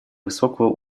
высокого